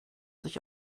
sich